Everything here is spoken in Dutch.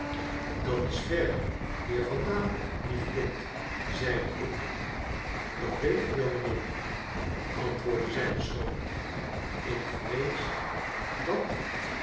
dat is ver hier vandaan lief kind zeide ik dat weet ik wel mijnheer antwoordde zij beschroomd ik vrees dat